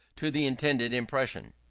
to the intended impression.